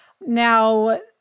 Now